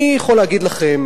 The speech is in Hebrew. אני יכול להגיד לכם,